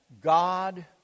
God